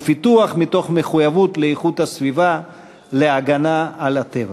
ופיתוח מתוך מחויבות לאיכות הסביבה ולהגנה על הטבע.